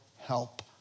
help